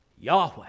Yahweh